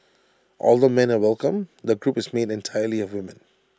although men are welcome the group is made entirely of women